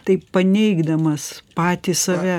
taip paneigdamas patį save